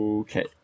Okay